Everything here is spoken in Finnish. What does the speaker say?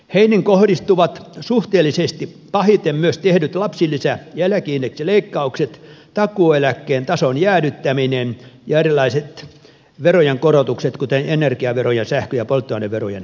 heihin kohdistuvat suhteellisesti pahiten myös tehdyt lapsilisä ja eläkeindeksileikkaukset takuueläkkeen tason jäädyttäminen ja erilaiset verojen korotukset kuten energiaveron ja sähkö ja polttoaineverojen nostot